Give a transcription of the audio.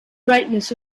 brightness